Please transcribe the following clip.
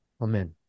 Amen